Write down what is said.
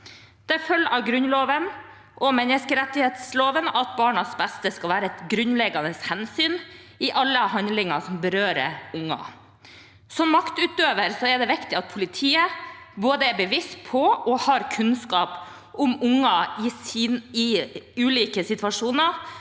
Det følger av Grunnloven og menneskerettighetsloven at barnas beste skal være et grunnleggende hensyn i alle handlinger som berører unger. Som maktutøver er det viktig at politiet både er bevisst på og har kunnskap om unger i ulike situasjoner